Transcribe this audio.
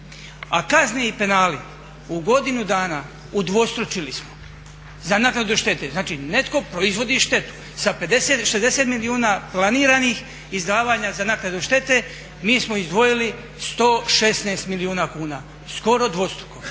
A kazne i penali, u godinu dana udvostručili smo, za naknadu štete. Znači, netko proizvodi štetu. Sa 60 milijuna planiranih izdavanja za naknadu štete mi smo izdvojili 116 milijuna kuna, skoro dvostruko.